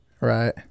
Right